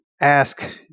ask